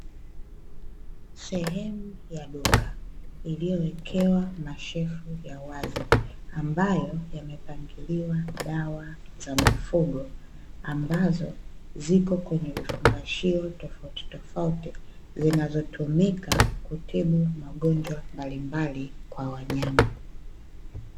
Sehemu ya duka iliyowekewa mashelfu ya wazi ambayo yamepangiliwa dawa za mifugo ambazo ziko kwenye vifungashio tofauti tofauti zinazotumika kutibu magonjwa mbalimbali kwa wanyama .